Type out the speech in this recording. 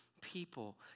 people